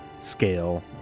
scale